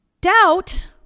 Doubt